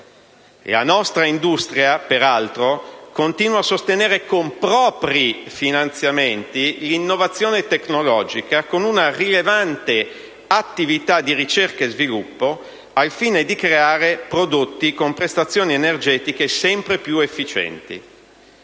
La nostra industria, peraltro, continua a sostenere con propri finanziamenti l'innovazione tecnologica, con una rilevante attività di ricerca e sviluppo, al fine di creare prodotti con prestazioni energetiche sempre più efficienti.